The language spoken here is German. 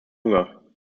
hunger